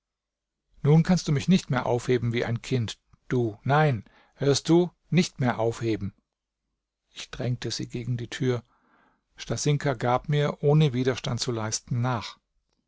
nun kannst du mich nicht mehr aufheben wie ein kind du nein hörst du nicht mehr aufheben ich drängte sie gegen die tür stasinka gab mir ohne widerstand zu leisten nach